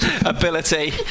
ability